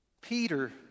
Peter